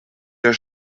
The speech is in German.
der